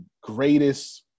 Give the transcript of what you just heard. greatest